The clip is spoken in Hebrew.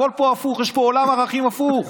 הכול פה הפוך, יש פה עולם ערכים הפוך.